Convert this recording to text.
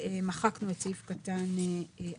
מחקנו את סעיף קטן (א).